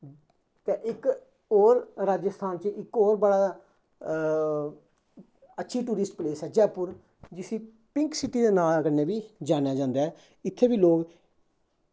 ते इक होर राजस्थान च इक होर बड़ा अच्छी टूरिस्ट प्लेस ऐ जयपुर जिसी पिंक सिटी दे नांऽ कन्नै बी जानेआ जंदा ऐ इत्थें बी लोग